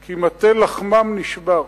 כי מטה לחמם נשבר.